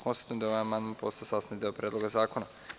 Konstatujem da je ovaj amandman postao sastavni deo Predloga zakona.